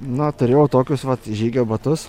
nu turėjau tokius vat žygio batus